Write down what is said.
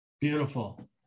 Beautiful